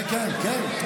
כן כן כן.